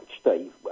Steve